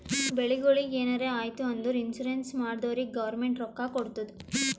ಬೆಳಿಗೊಳಿಗ್ ಎನಾರೇ ಆಯ್ತು ಅಂದುರ್ ಇನ್ಸೂರೆನ್ಸ್ ಮಾಡ್ದೊರಿಗ್ ಗೌರ್ಮೆಂಟ್ ರೊಕ್ಕಾ ಕೊಡ್ತುದ್